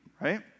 right